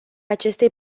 acestei